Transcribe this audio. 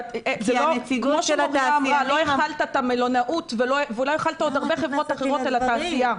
לא החלת על המלונאות ועוד הרבה חברות אחרות בתעשייה.